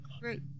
great